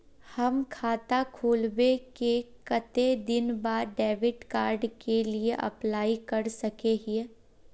हम खाता खोलबे के कते दिन बाद डेबिड कार्ड के लिए अप्लाई कर सके हिये?